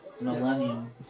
millennium